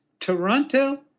Toronto